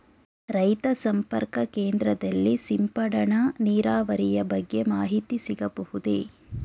ರೈತ ಸಂಪರ್ಕ ಕೇಂದ್ರದಲ್ಲಿ ಸಿಂಪಡಣಾ ನೀರಾವರಿಯ ಬಗ್ಗೆ ಮಾಹಿತಿ ಸಿಗಬಹುದೇ?